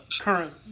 current